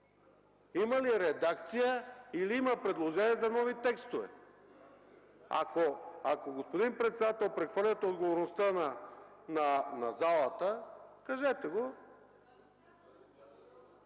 Има ли редакция или има предложение за нови текстове? Ако господин председател, прехвърлите отговорността на залата, кажете го.